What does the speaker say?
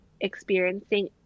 experiencing